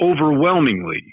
overwhelmingly